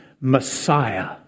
Messiah